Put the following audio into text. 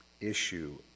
issue